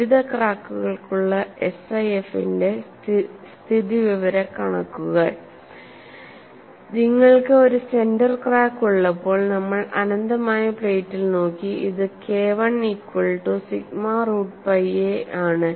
വിവിധ ക്രാക്കുകൾക്കുള്ള SIF ന്റെ സ്ഥിതിവിവരക്കണക്കുകൾ നിങ്ങൾക്ക് ഒരു സെന്റർ ക്രാക്ക് ഉള്ളപ്പോൾ നമ്മൾ അനന്തമായ പ്ലേറ്റിൽ നോക്കി ഇത് KI equal to sigma root pi a ആണ്